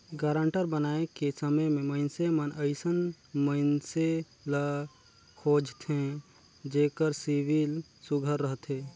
guarantor बनाए के समे में मइनसे मन अइसन मइनसे ल खोझथें जेकर सिविल सुग्घर रहथे